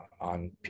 on